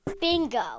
bingo